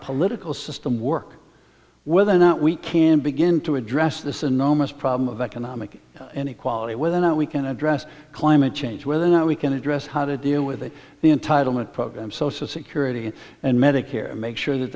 political system work whether or not we can begin to address this enormous problem of economic inequality whether or not we can address climate change whether or not we can address how to deal with the entitlement programs social security and medicare and make sure that